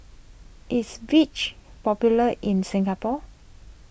is Vichy popular in Singapore